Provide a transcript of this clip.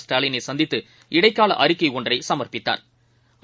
ஸ்டாலினைசந்தித்து இடைக்காலஅறிக்கைஒன்றைசமா்ப்பித்தாா்